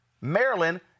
Maryland